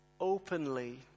openly